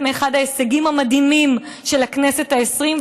אחד ההישגים המדהימים של הכנסת העשרים.